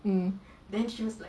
um